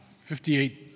58